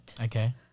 Okay